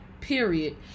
period